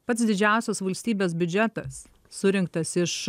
pats didžiausias valstybės biudžetas surinktas iš